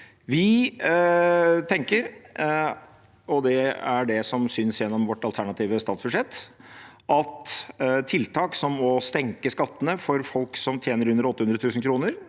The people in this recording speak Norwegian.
Vi tenker, og det er det som synes gjennom vårt alternative statsbudsjett, at tiltak som å senke skattene for folk som tjener under 800 000 kr,